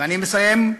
ואני מסיים,